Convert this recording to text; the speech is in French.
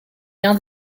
bien